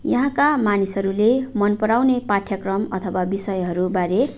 यहाँका मानिसहरूले मन पराउने पाठ्यक्रम अथवा विषयहरूबारे